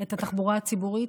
את התחבורה הציבורית,